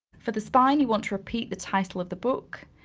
for the spine, you want to repeat the title of the book,